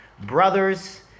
brothers